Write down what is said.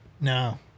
No